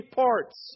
parts